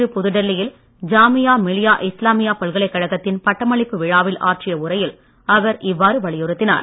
இன்று புதுடெல்லியில் ஜாமியா மிலியா இஸ்லாமியா பல்கலைக்கழகத்தின் பட்டமளிப்பு விழாவில் ஆற்றிய உரையில் அவர் இவ்வாறு வலியுறுத்தினார்